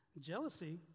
jealousy